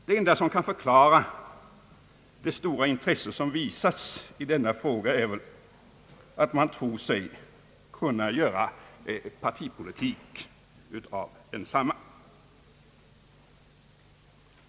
Det enda som kan förklara det stora intresse som visas i den är väl att man tror sig kunna göra partipolitik av densamma.